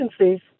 agencies